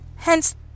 Hence